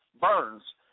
burns